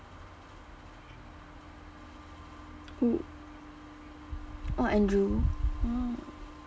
who oh andrew orh